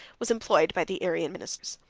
was employed by the arian ministers.